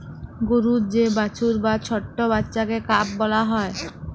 গরুর যে বাছুর বা ছট্ট বাচ্চাকে কাফ ব্যলা হ্যয়